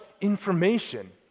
information